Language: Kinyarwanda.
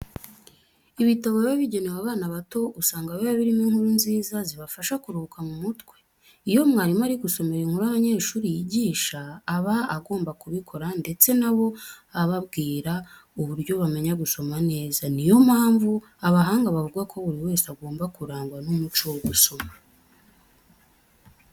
Ibitabo biba bigenewe abana bato usanga biba birimo inkuru nziza zibafasha kuruhuka mu mutwe. Iyo umwarimu ari gusomera inkuru abanyeshuri yigisha, aba agomba kubikora ndetse na bo ababwira uburyo bamenya gusoma neza. Niyo mpamvu abahanga bavuga ko buri wese agomba kurangwa n'umuco wo gusoma.